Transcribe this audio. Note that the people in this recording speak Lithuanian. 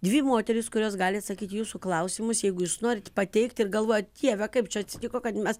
dvi moterys kurios gali atsakyt į jūsų klausimus jeigu jūs norit pateikt ir galvojat dieve kaip čia atsitiko kad mes